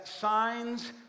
signs